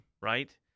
Right